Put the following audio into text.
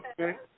Okay